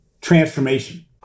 transformation